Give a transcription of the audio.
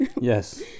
Yes